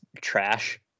trash